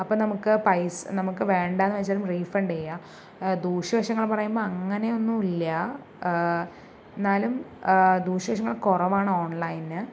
അപ്പോൾ നമുക്ക് പൈസ നമുക്ക് വേണ്ടായെന്ന് വെച്ചാലും റീഫണ്ട് ചെയ്യാം ദൂഷ്യ വശങ്ങൾ പറയുമ്പോൾ അങ്ങനെയൊന്നുമില്ല എന്നാലും ദൂഷ്യവശങ്ങൾ കുറവാണ് ഓൺലൈനിൽ